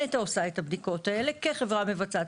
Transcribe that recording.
נת"ע עושה את הבדיקות האלה כחברה מבצעת.